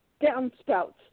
downspouts